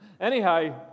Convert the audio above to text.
Anyhow